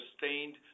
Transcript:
sustained